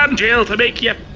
um gel to make you. um,